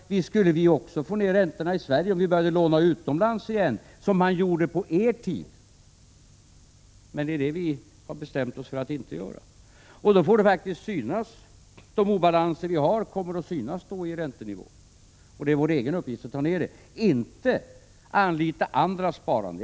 Visst skulle vi få ned räntorna i Sverige också om vi började låna utomlands igen, som man gjorde på er tid. Men det är detta som vi har bestämt oss för att inte göra. Då kommer de obalanser vi har att synas på räntenivån. Det är vår egen uppgift att ta bort dessa obalanser. Vi skall inte anlita andra sparare.